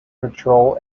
patrol